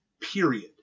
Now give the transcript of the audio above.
period